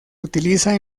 utiliza